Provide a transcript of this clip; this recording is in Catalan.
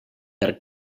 per